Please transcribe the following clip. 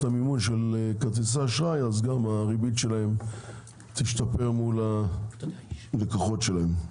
המימון של כרטיסי האשראי אז גם הריבית שלהם תשתפר מול הלקוחות שלהם.